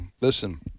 Listen